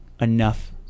enough